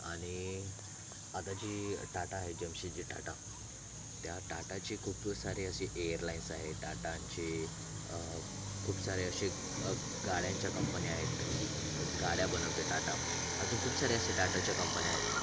आणि आता जी टाटा आहे जमशेदजी टाटा त्या टाटाचे खूप सारे असे एअरलाइन्स आहेत टाटाचे खूप सारे असे गाड्यांच्या कंपन्या आहेत गाड्या बनवते टाटा अजून खूप साऱ्या अशा टाटाच्या कंपन्या आहेत